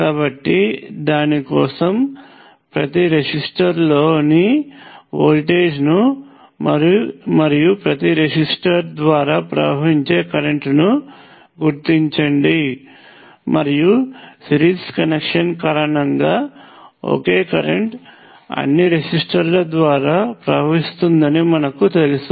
కాబట్టి దాని కోసం ప్రతి రెసిస్టర్ లో ని వోల్టేజ్ను మరియు ప్రతి రెసిస్టర్ ద్వారా ప్రవహించే కరెంట్ను గుర్తించండి మరియు సిరీస్ కనెక్షన్ కారణంగా ఒకే కరెంట్ అన్ని రెసిస్టర్ల ద్వారా ప్రవహిస్తుందని మనకు తెలుసు